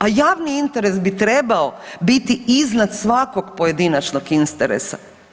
A javni interes bi trebao biti iznad svakog pojedinačnog interesa.